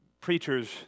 preachers